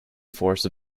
force